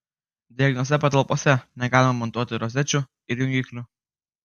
drėgnose patalpose negalima montuoti rozečių ir jungiklių